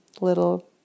little